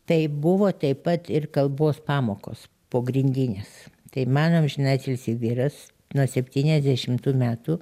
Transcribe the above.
tai buvo taip pat ir kalbos pamokos pogrindinės tai mano amžinatilsį vyras nuo septyniasdešimtų metų